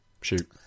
Shoot